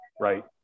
right